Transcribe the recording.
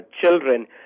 children